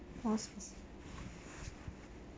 most